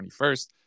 21st